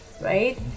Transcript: right